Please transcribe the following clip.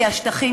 כי השטחים,